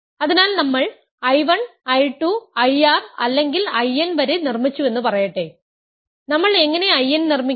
അതിനാൽ നമ്മൾ I 1 I 2 I r അല്ലെങ്കിൽ I n വരെ നിർമ്മിച്ചുവെന്ന് പറയട്ടെ നമ്മൾ എങ്ങനെ I n നിർമ്മിക്കും